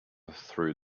through